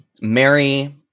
Mary